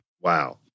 wow